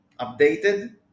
updated